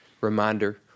reminder